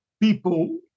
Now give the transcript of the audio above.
people